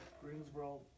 Greensboro